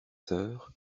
soeurs